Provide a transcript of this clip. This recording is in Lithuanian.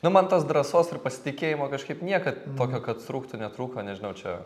nu man tas drąsos ir pasitikėjimo kažkaip niekad tokio kad trūktų netrūko nežinau čia